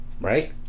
right